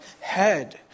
head